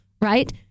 Right